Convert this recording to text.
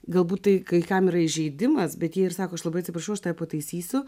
galbūt tai kai kam yra įžeidimas bet jie ir sako aš labai atsiprašau aš tave pataisysiu